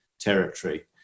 territory